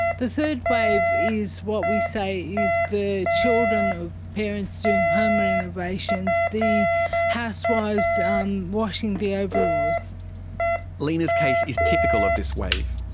the third wave is what we say is the children of parents doing home renovations, the housewives um washing the overalls. lina's case is typical of this wave.